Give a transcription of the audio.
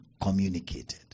communicated